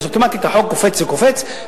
אז אוטומטית החוב קופץ וקופץ,